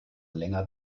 länger